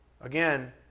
Again